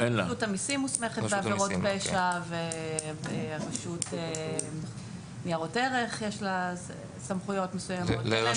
רשות המיסים מוסמכת בעבירות פשע ולרשות ניירות ערך יש סמכויות מסוימות.